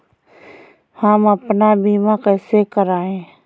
हम अपना बीमा कैसे कराए?